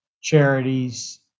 charities